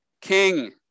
king